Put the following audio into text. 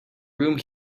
room